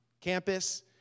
campus